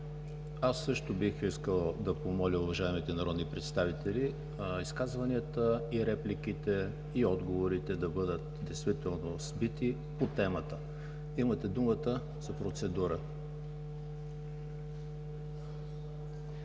Аз също бих искал да помоля уважаемите народни представители изказванията, репликите и отговорите да бъдат сбити, по темата. Имате думата за процедура.